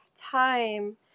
time